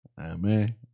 Amen